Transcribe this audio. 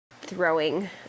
throwing